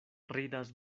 ridas